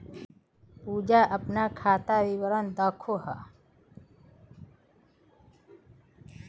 पूजा अपना खातार विवरण दखोह